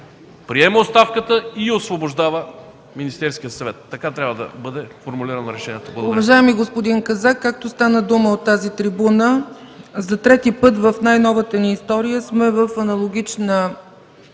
„Приема оставката и освобождава Министерския съвет”. Така трябва да бъде формулирано решението.